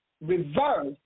reverse